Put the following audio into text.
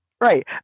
right